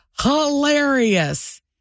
hilarious